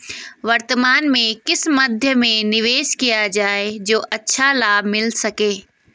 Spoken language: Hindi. वर्तमान में किस मध्य में निवेश किया जाए जो अच्छा लाभ मिल सके?